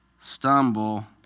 stumble